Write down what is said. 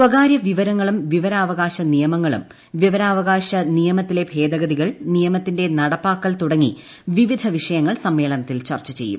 സ്വകാര്യ വിവരങ്ങളും വിവരാവകാശ നിയമങ്ങളും വിവരാവകാശ നിയമത്തിലെ ഭേദഗതികൾ നിയമത്തിന്റെ നടപ്പാക്കൽ തുടങ്ങി വിവിധ വിഷയങ്ങൾ സമ്മേളനത്തിൽ ചർച്ച ചെയ്തു